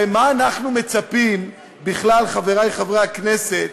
הרי מה אנחנו מצפים בכלל, חברי חברי הכנסת,